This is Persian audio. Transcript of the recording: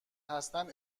هستند